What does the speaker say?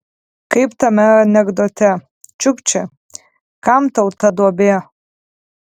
kaip tame anekdote čiukči kam tau ta duobė